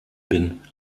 bin